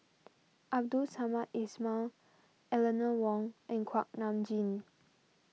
Abdul Samad Ismail Eleanor Wong and Kuak Nam Jin